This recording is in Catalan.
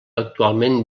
actualment